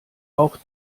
auch